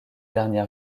dernière